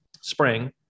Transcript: spring